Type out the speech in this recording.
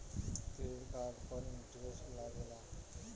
Credit card पर interest लागेला?